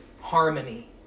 harmony